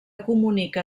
comunica